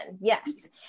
Yes